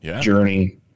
journey